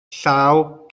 llaw